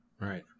right